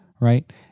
right